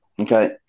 Okay